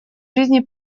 жизни